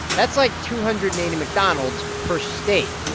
that's, like, two hundred and eighty mcdonald's per state.